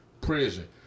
prison